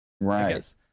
Right